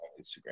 Instagram